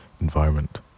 environment